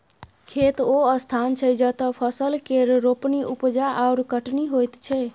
खेत ओ स्थान छै जतय फसल केर रोपणी, उपजा आओर कटनी होइत छै